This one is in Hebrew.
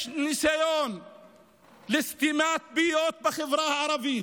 יש ניסיון לסתימת פיות בחברה הערבית,